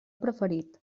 preferit